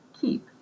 keep